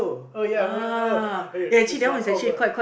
oh ya oh wait it's not over